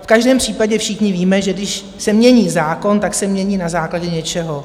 V každém případě všichni víme, že když se mění zákon, tak se mění na základě něčeho.